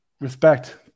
Respect